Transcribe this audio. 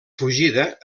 fugida